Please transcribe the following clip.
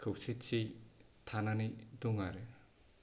खौसेथि थानानै दं आरो